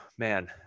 man